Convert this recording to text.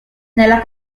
nella